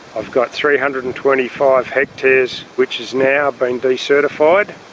i've got three hundred and twenty five hectares which has now been decertified,